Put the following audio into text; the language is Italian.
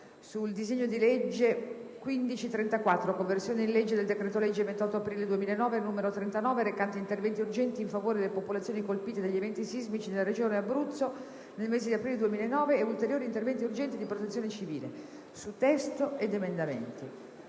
di cittadini; l'A.S. 1534 (Conversione in legge del decreto-legge 28 aprile 2009, n. 39, recante interventi urgenti in favore delle popolazioni colpite dagli eventi sismici nella regione Abruzzo nel mese di aprile 2009 e ulteriori interventi urgenti di protezione civile) prevede,